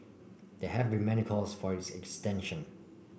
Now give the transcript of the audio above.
there have been many calls for its extension